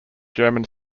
german